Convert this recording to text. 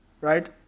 right